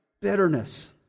Bitterness